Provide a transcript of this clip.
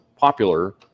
popular